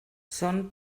són